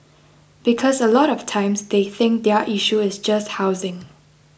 because a lot of times they think their issue is just housing